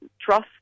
trust